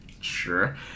Sure